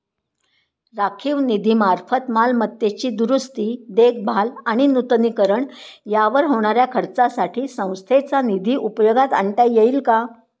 राखीव निधीमार्फत मालमत्तेची दुरुस्ती, देखभाल आणि नूतनीकरण यावर होणाऱ्या खर्चासाठी संस्थेचा निधी उपयोगात आणता येईल का?